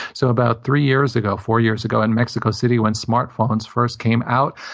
so about three years ago, four years ago, in mexico city, when smart phones first came out,